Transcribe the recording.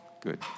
Good